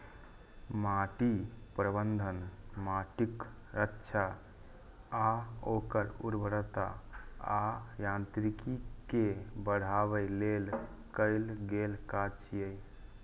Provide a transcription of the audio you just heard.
माटि प्रबंधन माटिक रक्षा आ ओकर उर्वरता आ यांत्रिकी कें बढ़ाबै लेल कैल गेल काज छियै